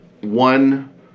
One